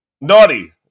Naughty